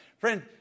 Friend